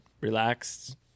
relaxed